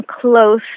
close